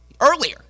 Earlier